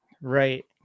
Right